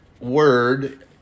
word